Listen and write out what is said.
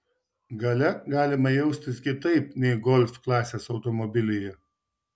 gale galima jaustis kitaip nei golf klasės automobilyje